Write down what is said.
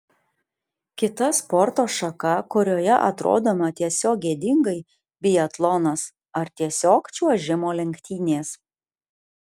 kita sporto šaka kurioje atrodome tiesiog gėdingai biatlonas ar tiesiog čiuožimo lenktynės